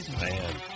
Man